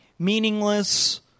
meaningless